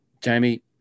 Jamie